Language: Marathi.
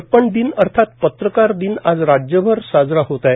दर्पण दिन अर्थात पत्रकार दिन आज राज्यभर साजरा होत आहे